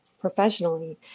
professionally